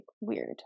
weird